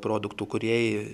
produktų kūrėjai